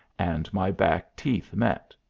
and my back teeth met.